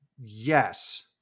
Yes